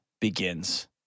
begins